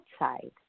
outside